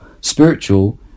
spiritual